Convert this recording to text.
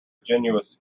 generous